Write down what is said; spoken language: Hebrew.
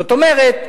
זאת אומרת,